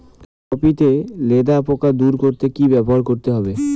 Copy তে লেদা পোকা দূর করতে কি ব্যবহার করতে হবে?